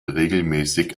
regelmäßig